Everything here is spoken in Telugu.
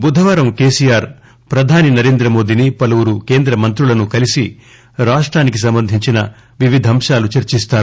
బుధవారం కెసిఆర్ ప్రధాని నరేంద్ర మోదీని పలువురు కేంద్ర మంత్రులను కలిసి రాష్టానికి సంబంధించిన వివిధ అంశాలు చర్సిస్తారు